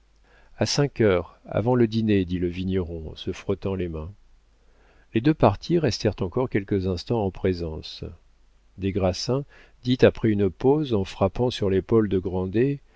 a cinq heures avant le dîner dit le vigneron en se frottant les mains les deux partis restèrent encore quelques instants en présence des grassins dit après une pause en frappant sur l'épaule de